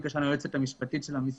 במקרה שלנו זו היועצת המשפטית של המשרד.